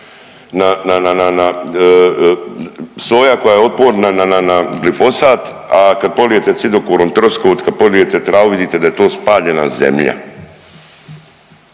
na soja koja je otporna na glifosat, a kad polijete cidokorom troskot kad polijete travu vidite da je to spaljena zemlja.